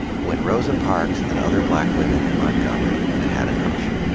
when rosa parks and other black women in montgomery had had enough.